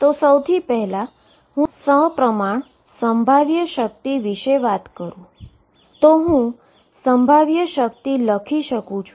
તો સૌથી પહેલા હું સીમેટ્રીક પોટેંશિઅલ વિશે વાત કરું છુંઉદાહરણ તરીકેહું પોટેંશિઅલ લખી શકું છું